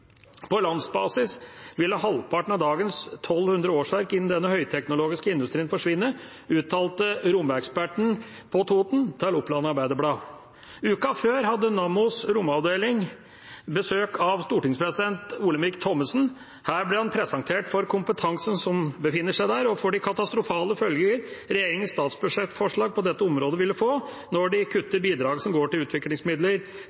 På landsbasis ville halvparten av dagens 1 200 årsverk innen denne høyteknologiske industrien forsvinne, uttalte romeksperten på Toten til Oppland Arbeiderblad. Uka før hadde Nammos romavdeling besøk av stortingspresident Olemic Thommessen. Da ble han presentert for kompetansen som befinner seg der, og for de katastrofale følger regjeringens statsbudsjettforslag på dette området ville få når de